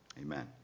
amen